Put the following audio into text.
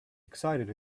excited